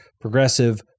progressive